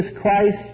Christ